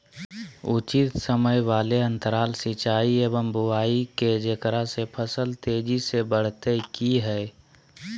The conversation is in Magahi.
उचित समय वाले अंतराल सिंचाई एवं बुआई के जेकरा से फसल तेजी से बढ़तै कि हेय?